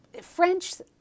French